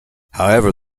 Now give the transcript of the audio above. however